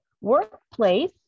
workplace